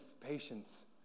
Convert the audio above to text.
patience